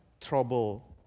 trouble